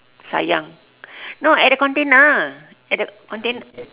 sayang no at the container at the contain~